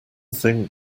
thing